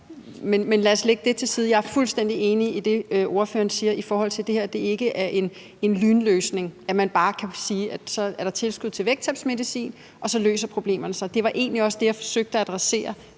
Men lad os lægge det til side. Jeg er fuldstændig enig i det, ordføreren siger om, at det her ikke er en lynløsning, altså at man bare kan sige, at så er der tilskud til vægttabsmedicin, og så løser problemerne sig. Det var egentlig også det, jeg forsøgte at adressere